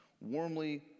warmly